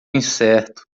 incerto